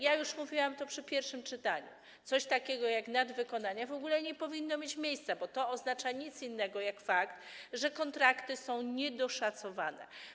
Już to mówiłam przy pierwszym czytaniu: coś takiego jak nadwykonania w ogóle nie powinno mieć miejsca, bo to oznacza nic innego jak fakt, że kontrakty są niedoszacowane.